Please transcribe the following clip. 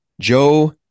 Joe